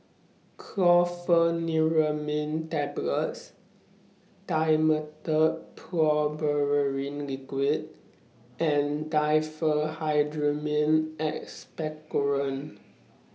Chlorpheniramine Tablets Dimetapp Brompheniramine Liquid and Diphenhydramine Expectorant